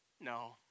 No